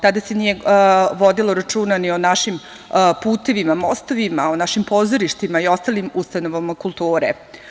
Tada se nije vodilo računa ni o našim putevima, mostovima, o našim pozorištima i ostalim ustanovama kulture.